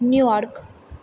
New York